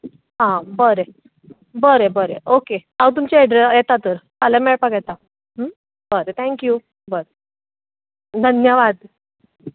आं बरें बरें बरें ओके हांव तुमच्या एड्रॅस येता तर फाल्यां मेळपाक येता बरें थँक्यू बरें धन्यवाद